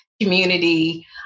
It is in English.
community